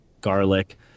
garlic